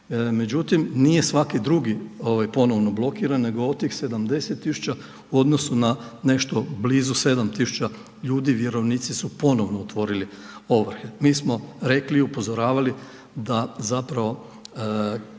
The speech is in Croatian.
Međutim, nije svaki drugi ponovno blokiran nego od tih 70 tisuća u odnosu na nešto blizu 7 tisuća ljudi vjerovnici su ponovno otvorili ovrhe. Mi smo rekli i upozoravali da zapravo